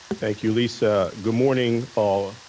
thank you, lisa. good morning all.